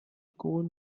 coal